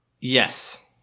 Yes